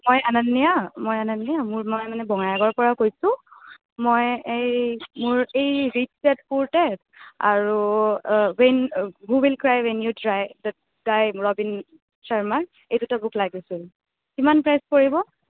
মই অনন্যা মই অনন্য়া মোৰ মই মানে বঙাইগাঁওৰ পৰা কৈছোঁ মই এই মোৰ এই ৰিক ডেট পৰ্টেল আৰু when who will cry when you try Rabin Sharma এই দুটা বুক লাগিছিল কিমান প্ৰাইচ পৰিব